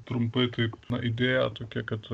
trumpai taip na idėja tokia kad